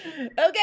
Okay